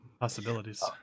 possibilities